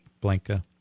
Blanca